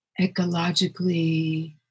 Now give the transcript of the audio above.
ecologically